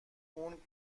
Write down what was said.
اون